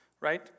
right